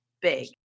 big